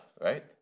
right